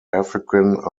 african